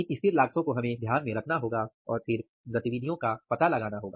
इन स्थिर लागतों को हमें ध्यान में रखना होगा और फिर गतिविधियों का पता लगाना होगा